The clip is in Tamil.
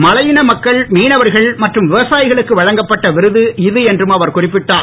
மலையின மக்கள் மீனவர்கள் மற்றும் விவசாயிகளுக்கு வழங்கப்பட்ட விருது இது என்றும் அவர் குறிப்பிட்டார்